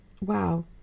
wow